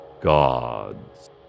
gods